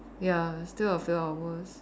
ya still a few hours